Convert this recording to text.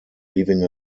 leaving